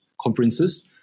conferences